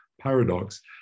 paradox